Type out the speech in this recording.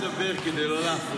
אני משתדל לא לדבר, כדי לא להפריע.